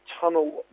Tunnel